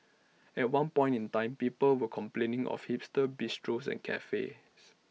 at one point in time people were complaining of hipster bistros and cafes